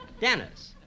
Dennis